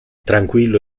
tranquillo